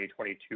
2022